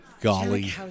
golly